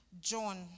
John